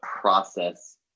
process